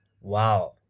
wow